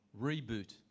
Reboot